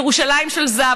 ירושלים של זהב.